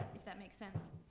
if that makes sense.